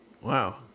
wow